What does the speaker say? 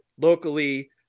locally